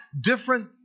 different